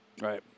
Right